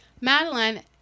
Madeline